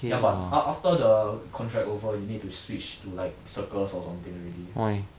ya but af~ after the contract over you need to switch to like Circles or something already